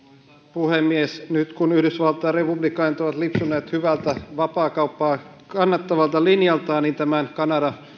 puhemies nyt kun yhdysvaltain republikaanit ovat lipsuneet hyvältä vapaakauppaa kannattavalta linjaltaan niin kanada